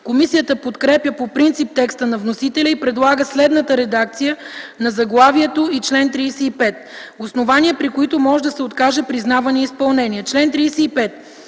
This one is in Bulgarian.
Комисията подкрепя по принцип текста на вносителя и предлага следната редакция на заглавието и чл. 35: „Основания, при които може да се откаже признаване и изпълнение